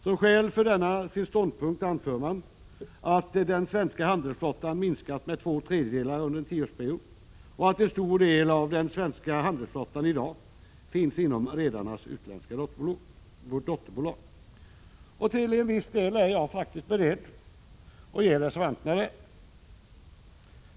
Som skäl för denna ståndpunkt anför man att den svenska handelsflottan minskat med två tredjedelar under en tioårsperiod och att en stor del av den svenska handelsflottan i dag finns inom redarnas utländska dotterbolag. Till viss del är jag beredd ge reservanterna rätt.